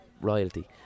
royalty